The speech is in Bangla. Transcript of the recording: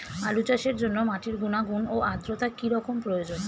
আলু চাষের জন্য মাটির গুণাগুণ ও আদ্রতা কী রকম প্রয়োজন?